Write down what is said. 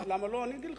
אבל אני אומר לכם,